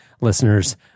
listeners